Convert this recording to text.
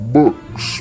books